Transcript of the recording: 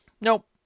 Nope